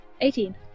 Eighteen